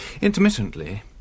Intermittently